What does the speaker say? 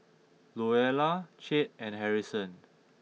Louella Chet and Harrison